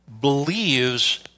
believes